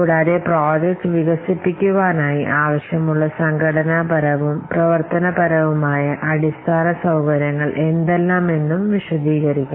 കൂടാതെ പ്രോജക്ട് വികസിപിക്കുവാനായി ആവശ്യമുള്ള സംഘടനാപരവും പ്രവർത്തന പരവുമായ അടിസ്ഥാന സൌകര്യങ്ങൾ എന്തെല്ലാം എന്നും വിശദീകരിക്കണം